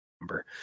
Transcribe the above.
number